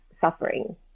suffering